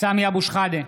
סמי אבו שחאדה,